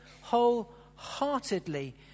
wholeheartedly